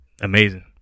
Amazing